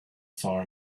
far